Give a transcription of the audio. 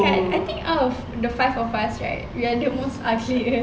I think out of the five of us right we are the most ugliest